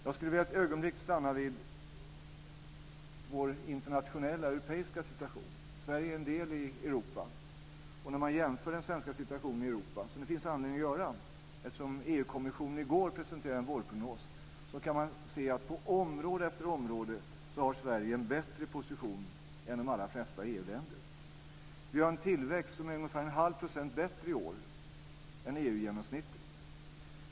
Jag skulle ett ögonblick vilja stanna vid vår internationella och europeiska situation. Sverige är en del i Europa. Det finns anledning att jämföra den svenska situationen med situationen i övriga Europa, eftersom EU-kommissionen i går presenterade en vårprognos. Man kan se att Sverige på område efter område har en bättre position än de allra flesta EU-länder. Vi har en tillväxt som är ungefär en halv procent bättre i år än EU-genomsnittet.